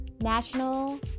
National